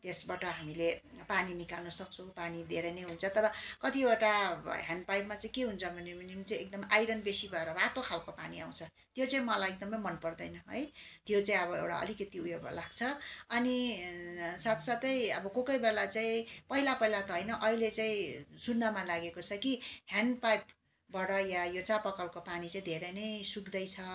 त्यसबाट हामीले पानी निकाल्नु सक्छौँ पानी धेरै नै हुन्छ तर कतिवटा ह्यान्ड पाइपमा चाहिँ के हुन्छ भन्यो भने पनि चाहिँ एकदम आइरन बेसी भएर रातो खालको पानी आउँछ त्यो चाहिँ मलाई एकदमै मनपर्दैन है त्यो चाहिँ अब एउटा अलिकति उयो लाग्छ अनि साथसाथै अब कोही कोही बेला चाहिँ पहिला पहिला त होइन अहिले चाहिँ सुन्नमा लागेको छ कि ह्यान्ड पाइपबाट या यो चापाकलको पानी चाहिँ धेरै नै सुक्दैछ